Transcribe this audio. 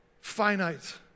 finite